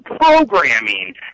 programming